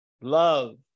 love